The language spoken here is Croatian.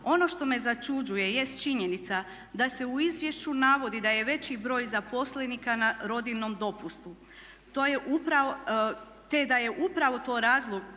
Ono što me začuđuje jest činjenica da se u izvješću navodi da je veći broj zaposlenika na rodiljnom dopustu. To je upravo, te da